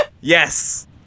Yes